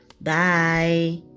bye